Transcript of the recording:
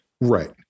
right